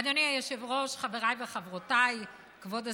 אדוני היושב-ראש, חבריי וחברותיי, כבוד השרים,